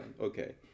okay